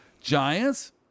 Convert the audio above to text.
Giants